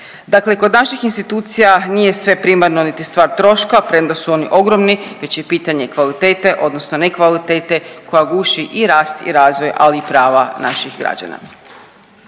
Dakle kod naših institucija nije sve primarno niti stvar troška premda su oni ogromni već je pitanje kvalitete odnosno ne kvalitete koja guši i rast i razvoj, ali i prava naših građana.